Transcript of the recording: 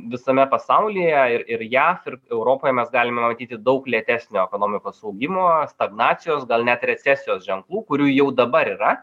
visame pasaulyje ir ir jav ir europoje mes galime matyti daug lėtesnio ekonomikos augimo stagnacijos gal net recesijos ženklų kurių jau dabar yra